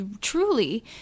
truly